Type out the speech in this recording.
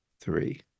three